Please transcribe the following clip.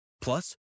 Plus